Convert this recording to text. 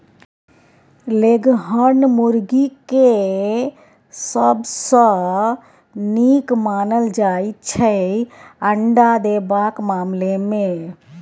leghorn मुरगी केँ सबसँ नीक मानल जाइ छै अंडा देबाक मामला मे